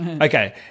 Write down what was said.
Okay